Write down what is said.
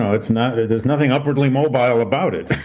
ah it's not. there's nothing upwardly mobile about it.